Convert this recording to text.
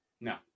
No